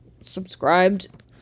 subscribed